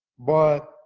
but